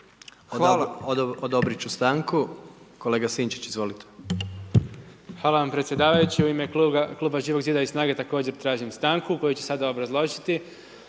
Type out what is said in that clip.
izvolite. **Sinčić, Ivan Vilibor (Živi zid)** Hvala vam predsjedavajući. U ime Kluba Živog zida i SNAGA-e također tražim stanku koju ću sada obrazložiti.